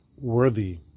Worthy